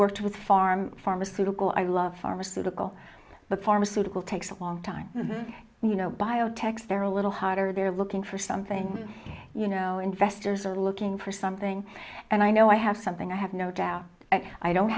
worked with farm pharmaceutical i love pharmaceutical but pharmaceutical takes a long time this you know biotechs they're a little harder they're looking for something you know investors are looking for something and i know i have something i have no doubt i don't